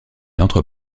entre